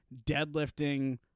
deadlifting